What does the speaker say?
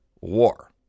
war